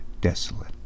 desolate